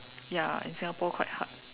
ya in Singapore quite hard